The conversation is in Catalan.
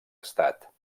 estat